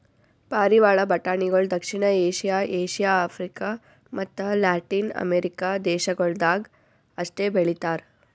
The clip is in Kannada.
ಪಾರಿವಾಳ ಬಟಾಣಿಗೊಳ್ ದಕ್ಷಿಣ ಏಷ್ಯಾ, ಏಷ್ಯಾ, ಆಫ್ರಿಕ ಮತ್ತ ಲ್ಯಾಟಿನ್ ಅಮೆರಿಕ ದೇಶಗೊಳ್ದಾಗ್ ಅಷ್ಟೆ ಬೆಳಿತಾರ್